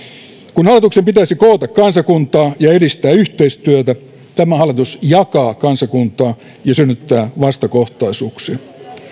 kun hallituksen pitäisi koota kansakuntaa ja edistää yhteistyötä tämä hallitus jakaa kansakuntaa ja synnyttää vastakohtaisuuksia